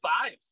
five